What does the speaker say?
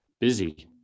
busy